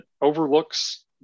overlooks